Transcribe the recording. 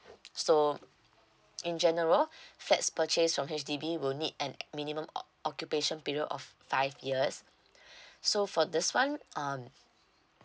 so in general flats purchase from H_D_B will need an minimum o~ occupation period of five years so for this one um